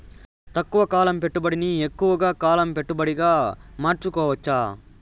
తక్కువ కాలం పెట్టుబడిని ఎక్కువగా కాలం పెట్టుబడిగా మార్చుకోవచ్చా?